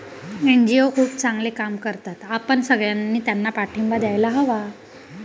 NGO खूप चांगले काम करतात, आपण सगळ्यांनी त्यांना पाठिंबा द्यायला हवा